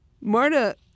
Marta